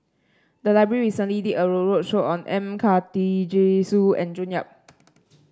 the library recently did a road roadshow on M Karthigesu and June Yap